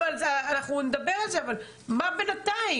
אבל מה בינתיים?